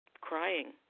crying